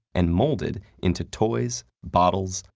and molded into toys, bottles,